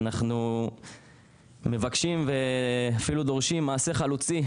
ואנחנו מבקשים ואפילו דורשים מעשה חלוצי,